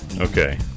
Okay